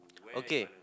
okay